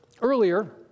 Earlier